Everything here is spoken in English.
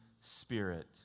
spirit